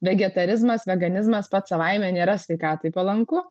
vegetarizmas veganizmas pats savaime nėra sveikatai palanku